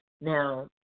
Now